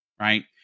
right